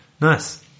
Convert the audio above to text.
Nice